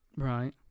Right